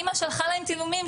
האמא שלחה להם צילומים,